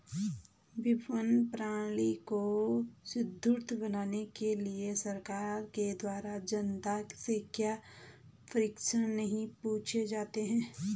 विपणन प्रणाली को सुदृढ़ बनाने के लिए सरकार के द्वारा जनता से क्यों प्रश्न नहीं पूछे जाते हैं?